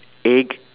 egg